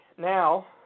now